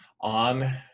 on